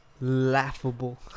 Laughable